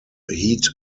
heat